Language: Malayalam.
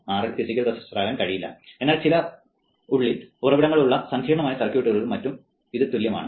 RL ഫിസിക്കൽ റെസിസ്റ്ററാകാൻ കഴിയില്ല എന്നാൽ ചില ഉള്ളിൽ ഉറവിടങ്ങളുള്ള സങ്കീർണ്ണമായ സർക്യൂട്ടുകളും മറ്റും തുല്യമാണ്